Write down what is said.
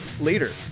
later